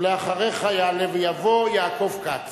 ולאחריך יעלה ויבוא חבר הכנסת